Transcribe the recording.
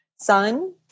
sun